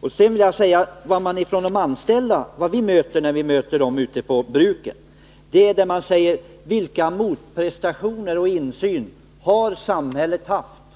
Och det vi får höra då vi möter de anställda ute på bruken är frågor av detta slag: Vilka motprestationer har samhället fått och vilken insyn har samhället haft?